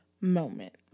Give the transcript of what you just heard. moment